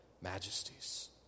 majesties